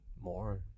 More